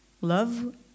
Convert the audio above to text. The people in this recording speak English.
love